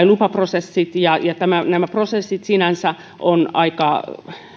lupaprosessit ja ja nämä prosessit sinänsä ovat aika